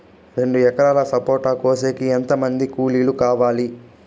రెండు ఎకరాలు సపోట కోసేకి ఎంత మంది కూలీలు కావాలి?